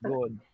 Good